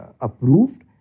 approved